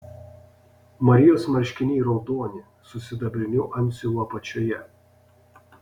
marijos marškiniai raudoni su sidabriniu antsiuvu apačioje